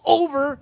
over